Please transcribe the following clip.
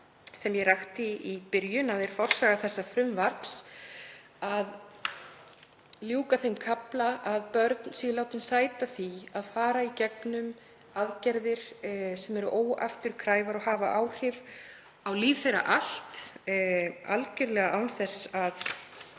sem ég rakti í byrjun að er forsaga þessa frumvarps, ljúka þeim kafla að börn sæti því að fara í gegnum aðgerðir sem eru óafturkræfar og hafa áhrif á líf þeirra allt algjörlega án þess að